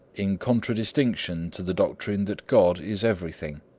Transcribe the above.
in contradistinction to the doctrine that god is everything.